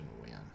win